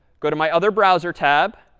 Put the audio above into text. go to my other browser tab,